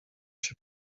się